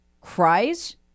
cries